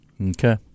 Okay